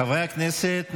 חברי הכנסת,